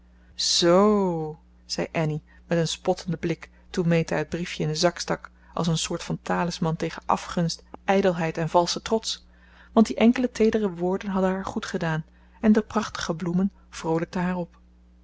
zoo zei annie met een spottenden blik toen meta het briefje in den zak stak als een soort van talisman tegen afgunst ijdelheid en valschen trots want die enkele teedere woorden hadden haar goed gedaan en de prachtige bloemen vroolijkten haar